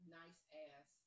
nice-ass